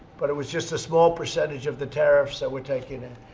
but it was just a small percentage of the tariffs that we're taking in.